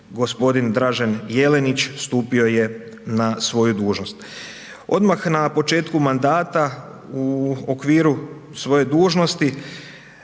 gospodin Dražen Jelenić, stupio je na svoju dužnost. Odmah na početku mandata u okviru svoje dužnosti,